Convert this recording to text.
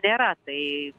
nėra tai